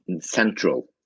central